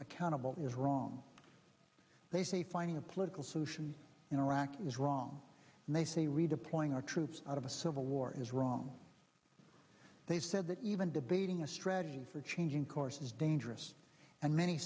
accountable wrong they say finding a political solution in iraq is wrong and they say redeploying our troops out of a civil war is wrong they said that even debating a strategy for changing course is dangerous and many